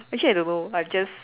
actually I don't know I'm just